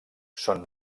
són